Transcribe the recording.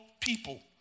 people